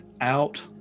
out